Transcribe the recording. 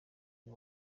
uyu